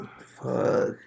Fuck